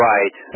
Right